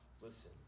Listen